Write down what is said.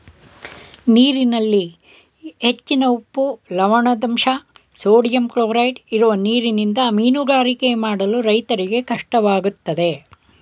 ನೀರಿನಲ್ಲಿ ಹೆಚ್ಚಿನ ಉಪ್ಪು, ಲವಣದಂಶ, ಸೋಡಿಯಂ ಕ್ಲೋರೈಡ್ ಇರುವ ನೀರಿನಿಂದ ಮೀನುಗಾರಿಕೆ ಮಾಡಲು ರೈತರಿಗೆ ಕಷ್ಟವಾಗುತ್ತದೆ